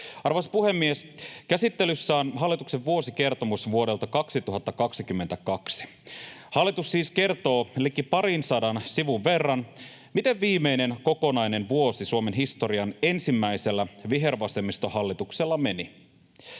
Arvoisa puhemies! Käsittelyssä on hallituksen vuosikertomus vuodelta 2022. Hallitus siis kertoo liki parinsadan sivun verran, miten viimeinen kokonainen vuosi Suomen historian ensimmäisellä vihervasemmistohallituksella meni.